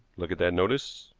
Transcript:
look at that notice,